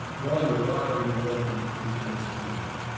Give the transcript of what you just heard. while you're alive, you're more likely to return as a human being.